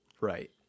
right